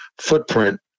footprint